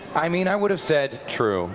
i mean i would have said true